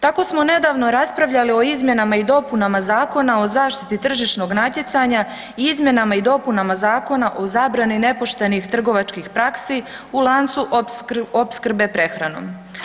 Tako smo nedavno raspravljali o izmjenama i dopunama Zakona o zaštiti tržišnog natjecanja i izmjenama i dopunama Zakona o zabrani nepoštenih trgovačkih praksi u lancu opskrbe prehranom.